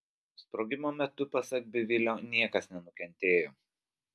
sprogimo metu pasak bivilio niekas nenukentėjo